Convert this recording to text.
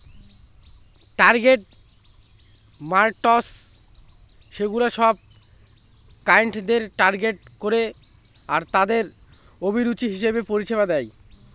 target markets সেগুলা সব ক্লায়েন্টদের টার্গেট করে আরতাদের অভিরুচি হিসেবে পরিষেবা দেয়